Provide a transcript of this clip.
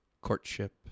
courtship